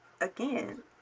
again